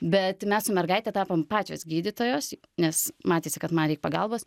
bet mes su mergaite tapom pačios gydytojos nes matėsi kad man reik pagalbos